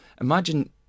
imagine